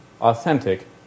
authentic